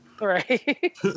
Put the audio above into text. Right